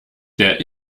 der